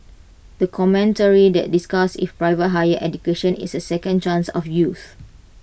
the commentary that discussed if private higher education is A second chance of youths